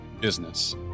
business